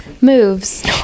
moves